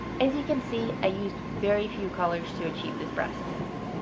as you can see, i used very few colors to achieve this brass effect.